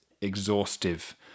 exhaustive